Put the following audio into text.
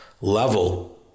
level